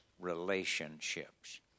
relationships